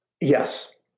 Yes